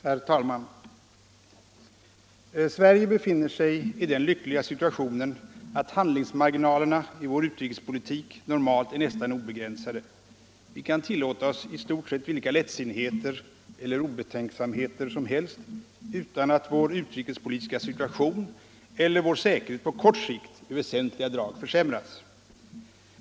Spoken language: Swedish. Herr talman! Sverige befinner sig i den lyckliga situationen att handlingsmarginalerna i vår utrikespolitik normalt är nästan obegränsade. Vi kan tillåta oss i stort sett vilka lättsinnigheter eller obetänksamheter som helst utan att vår utrikespolitiska situation eller vår säkerhet på kort sikt i väsentliga drag försämras.